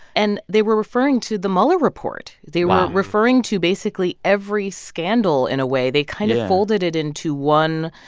and they were referring to the mueller report. they were referring to basically every scandal in a way. they kind of folded it into one,